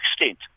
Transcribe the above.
extent